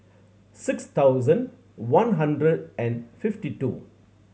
six thousand one hundred and fifty two